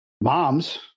Moms